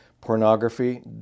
pornography